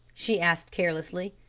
she asked carelessly.